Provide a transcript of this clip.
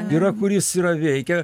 yra kuris yra veikia